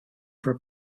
for